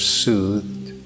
soothed